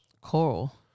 Coral